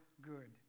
good